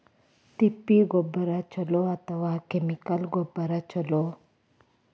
ತಿಪ್ಪಿ ಗೊಬ್ಬರ ಛಲೋ ಏನ್ ಅಥವಾ ಕೆಮಿಕಲ್ ಗೊಬ್ಬರ ಛಲೋ?